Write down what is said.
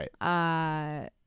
Right